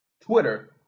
Twitter